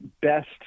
best